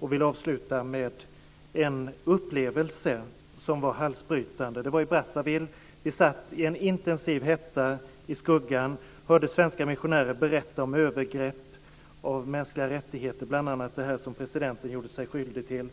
Jag vill avsluta med en upplevelse som var halsbrytande. Det var i Brazzaville. Vi satt i en intensiv hetta i skuggan och hörde svenska missionärer berätta om övergrepp mot mänskliga rättigheter, bl.a. det som presidenten gjorde sig skyldig till.